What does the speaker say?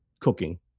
cooking